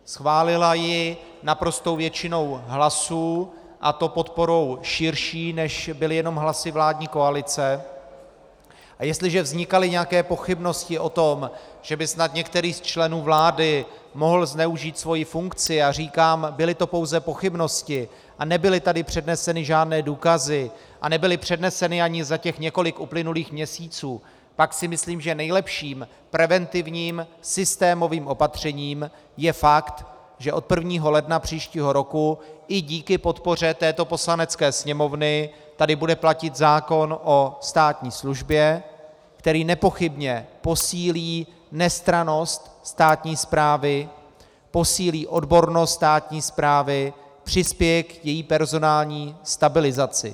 Schválila ji naprostou většinou hlasů, a to podporou širší, než byly jenom hlasy vládní koalice, a jestliže vznikaly nějaké pochybnosti o tom, že by snad některý z členů vlády mohl zneužít svoji funkci, a říkám, byly to pouze pochybnosti a nebyly tady předneseny žádné důkazy a nebyly předneseny ani za těch několik uplynulých měsíců, pak si myslím, že nejlepším preventivním systémovým opatřením je fakt, že od 1. ledna příštího roku i díky podpoře této Poslanecké sněmovny tady bude platit zákon o státní službě, který nepochybně posílí nestrannost státní správy, posílí odbornost státní správy, přispěje k její personální stabilizaci.